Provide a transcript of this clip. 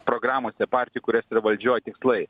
programose partijų kurios yra valdžioj tikslai